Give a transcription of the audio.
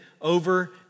over